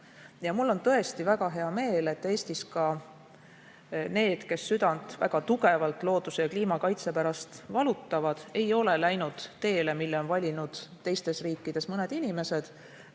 Mul on tõesti väga hea meel, et Eestis need, kes väga tugevalt looduse ja kliimakaitse pärast südant valutavad, ei ole läinud teele, mille on valinud teistes riikides mõned inimesed,